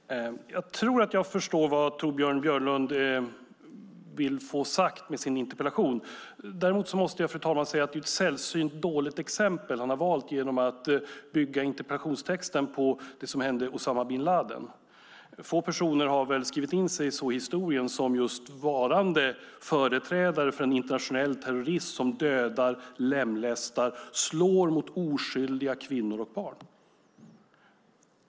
Fru talman! Jag tror att jag förstår vad Torbjörn Björlund vill få sagt med sin interpellation. Däremot måste jag, fru talman, säga att det är ett sällsynt dåligt exempel han har valt genom att bygga interpellationstexten på det som hände Usama bin Ladin. Få personer har väl skrivit in sig så i historien som just varande företrädare för internationell terrorism som dödar, lemlästar och slår mot oskyldiga, kvinnor och barn.